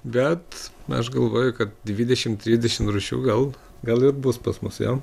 bet aš galvoju kad dvidešim trisdešim rūšių gal gal ir bus pas mus jau